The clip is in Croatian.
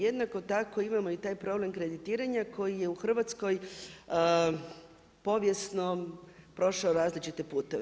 Jednako tako imamo i taj problem kreditiranja koji je u Hrvatskoj povijesno prošao različite putove.